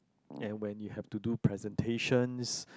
and when you have to do presentations